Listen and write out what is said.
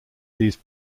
these